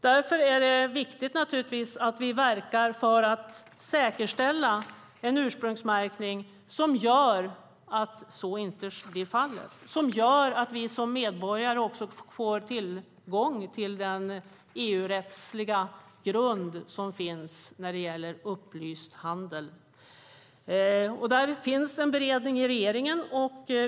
Därför är det viktigt att vi verkar för att säkerställa en ursprungsmärkning som gör att så inte kan ske och som gör att vi som medborgare får tillgång till den EU-rättsliga grund som finns när det gäller upplyst handel. Där finns en beredning i regeringen.